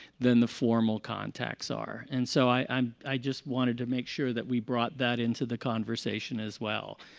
than the formal contacts are. and so i um i just wanted to make sure that we brought that into the conversation, as well.